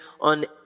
on